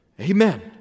amen